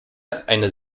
eine